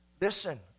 Listen